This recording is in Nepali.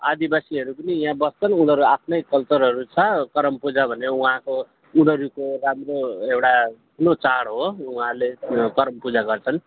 आदिवासीहरू पनि यहाँ बस्छन् उनीहरू आफ्नै कल्चरहरू छ परमपूजा भन्ने वहाँको उनीहरूको राम्रो एउटा ठुलो चाड हो उहाँहरूले परमपूजा गर्छन्